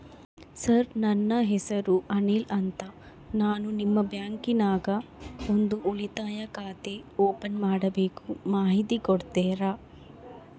Sir ನನ್ನ ಹೆಸರು ಅನಿಲ್ ಅಂತ ನಾನು ನಿಮ್ಮ ಬ್ಯಾಂಕಿನ್ಯಾಗ ಒಂದು ಉಳಿತಾಯ ಖಾತೆ ಓಪನ್ ಮಾಡಬೇಕು ಮಾಹಿತಿ ಕೊಡ್ತೇರಾ?